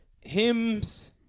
Hymns